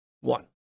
One